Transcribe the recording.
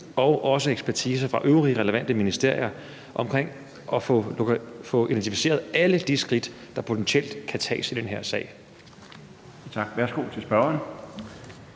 også ekspertbistand fra øvrige relevante ministerier om at få identificeret alle de skridt, der potentielt kan tages i den her sag.